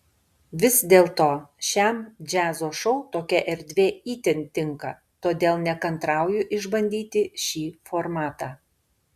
vis dėlto šiam džiazo šou tokia erdvė itin tinka todėl nekantrauju išbandyti šį formatą